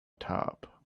top